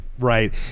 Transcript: Right